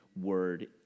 word